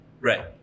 right